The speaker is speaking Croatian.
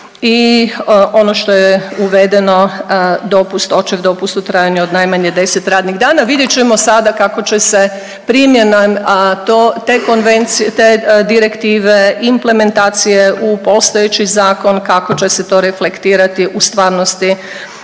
i ono što je uvedeno, dopust, očev dopust u trajanju od najmanje 10 radnih dana, vidjet ćemo sada kako će se primjena to, te konvencije, te direktive, implementacije u postojeći zakon, kako će se to reflektirati u stvarnosti